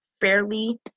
fairly